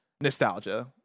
nostalgia